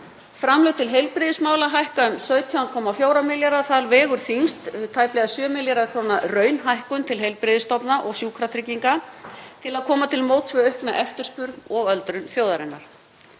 Framlög til heilbrigðismála hækka um 17,4 milljarða og þar vegur þyngst tæplega 7 milljarða kr. raunhækkun til heilbrigðisstofnana og Sjúkratrygginga til að koma til móts við aukna eftirspurn og öldrun þjóðarinnar.